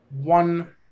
one